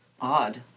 odd